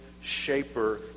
shaper